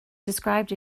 described